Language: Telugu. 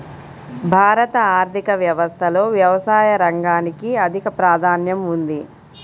భారత ఆర్థిక వ్యవస్థలో వ్యవసాయ రంగానికి అధిక ప్రాధాన్యం ఉంది